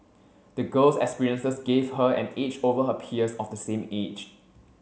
the girl's experiences gave her an edge over her peers of the same age